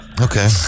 Okay